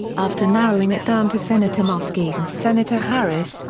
after narrowing it down to senator muskie and senator harris,